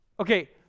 Okay